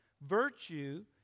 Virtue